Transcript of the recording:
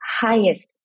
highest